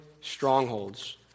strongholds